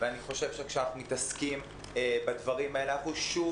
אני חושב שכאשר אנחנו מתעסקים בדברים האלה אנחנו שוב